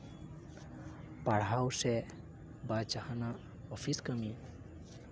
ᱯᱟᱲᱦᱟᱣ ᱥᱮ ᱵᱟ ᱡᱟᱦᱟᱱᱟᱜ ᱚᱯᱷᱤᱥ ᱠᱟᱹᱢᱤ